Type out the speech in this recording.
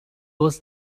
was